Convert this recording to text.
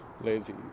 lazy